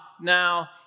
now